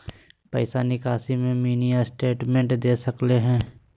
पैसा निकासी में मिनी स्टेटमेंट दे सकते हैं?